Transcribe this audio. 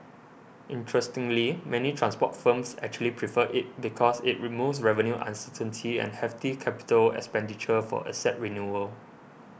interestingly many transport firms actually prefer it because it removes revenue uncertainty and hefty capital expenditure for asset renewal